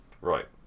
Right